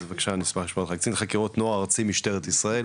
בבקשה, קצין חקירות נוער, קצין משטרת ישראל.